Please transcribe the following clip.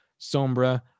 Sombra